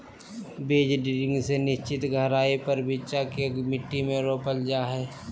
बीज ड्रिल से निश्चित गहराई पर बिच्चा के मट्टी में रोपल जा हई